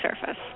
surface